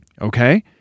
okay